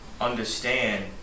understand